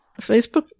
Facebook